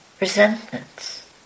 resentments